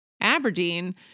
Aberdeen